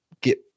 get